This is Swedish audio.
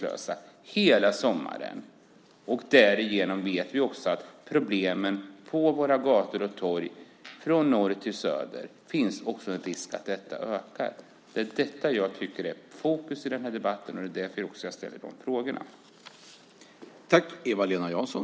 Vi vet också att det därigenom finns en risk att problemen på våra gator och torg från norr till söder ökar. Det är detta jag tycker att man ska lägga fokus på i den här debatten, och det är också därför jag ställer dessa frågor.